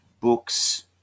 books